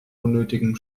unnötigem